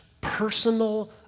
personal